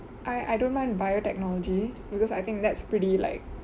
I I don't mind biotechnology because I think that's pretty like